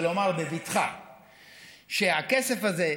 ולומר בבטחה שהכסף הזה,